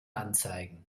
anzeigen